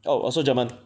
oh also German